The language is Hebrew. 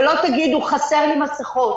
ולא תגידו: חסר לי מסכות,